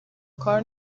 کار